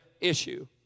issue